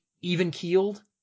even-keeled